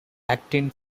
actin